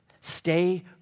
Stay